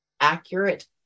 accurate